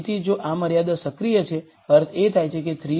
તેથી જો આ મર્યાદા સક્રિય છે અર્થ એ થાય કે 3 x1 2 x2 12 એ 0 છે